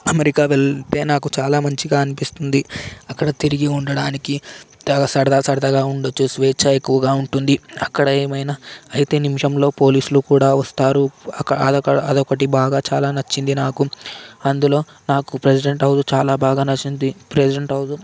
America వెళ్తే నాకు చాలా మంచిగా అనిపిస్తుంది అక్కడ తిరిగి ఉండడానికి సరదా సరదాగా ఉండచ్చు స్వేచ్ఛ ఎక్కువగా ఉంటుంది అక్కడ ఏమైనా అయితే నిమిషంలో పోలీసులు కూడా వస్తారు అక అదొక అదొకటి చాలా బాగా నచ్చింది నాకు అందులో నాకు ప్రెసిడెంట్ హౌస్ చాలా బాగా నచ్చింది నాకు ప్రెసిడెంట్ హౌస్